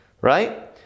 right